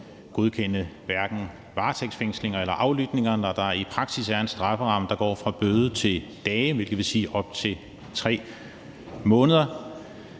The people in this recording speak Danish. godkende varetægtsfængslinger eller aflytninger, når der i praksis er en strafferamme, der går fra bøde til straf fastsat i dage, hvilket vil sige op til 3 måneder.